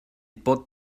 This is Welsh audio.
bod